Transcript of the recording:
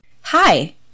Hi